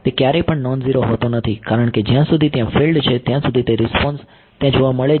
તે ક્યારેય પણ નોન ઝીરો હોતો નથી કારણકે જ્યાં સુધી ત્યાં ફિલ્ડ છે ત્યાં સુધી તે રિસ્પોન્સ ત્યાં જોવા મળે જ છે